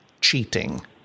cheating